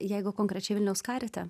jeigu konkrečiai vilniaus karite